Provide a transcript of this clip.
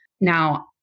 Now